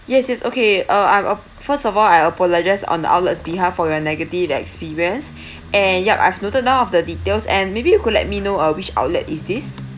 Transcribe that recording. yes it's okay uh I'm uh first of all I apologise on the outlets behalf for your negative experience and yup I written down all the details and maybe you could let me know uh which outlet is this